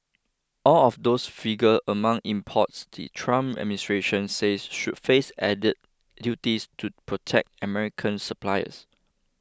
all of those figure among imports the Trump administration says should face added duties to protect American suppliers